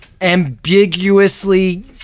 Ambiguously